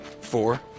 Four